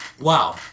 wow